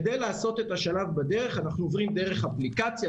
כדי לעשות את השלב בדרך אנחנו עוברים דרך אפליקציה,